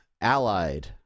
Allied